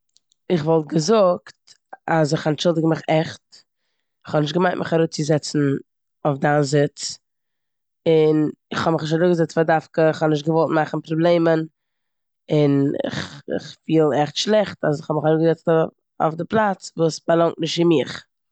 איך וואלט געזאגט אז איך אנטשולדיג מיך עכט, כ'האב נישט געמיינט מיך אראפצוזעצן אויף דיין זיץ און כ'האב מיך נישט אראפגעזעצט פאר דווקא, כ'האב נישט געוואלט מאכן פראבלעמען און איך- איך פיל עכט שלעכט אז כ'האב מיך אראפגעזעצט אוי- אויף די פלאץ וואס באלאנגט נישט צו מיך.